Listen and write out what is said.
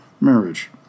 marriage